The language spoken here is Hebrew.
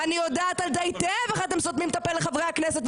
אני יודעת היטב איך אתם סותמים את הפה לחברי הכנסת.